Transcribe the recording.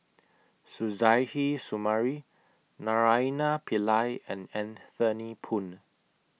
Suzairhe Sumari Naraina Pillai and Anthony Poon